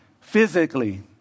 physically